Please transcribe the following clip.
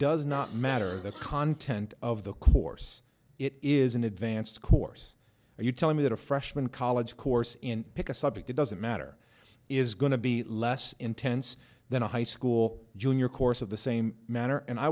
does not matter the content of the course it is an advanced course are you telling me that a freshman college course in pick a subject it doesn't matter is going to be less intense than a high school junior course of the same manner and i